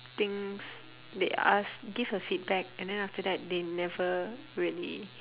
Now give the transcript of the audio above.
things they ask give a feedback and then after that they never really